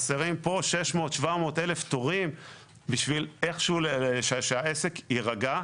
חסרים פה 700-600 אלף תורים בשביל שהעסק יירגע.